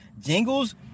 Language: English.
jingles